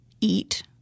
eat